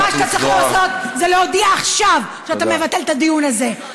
ומה שאתה צריך לעשות זה להודיע עכשיו שאתה מבטל את הדיון הזה,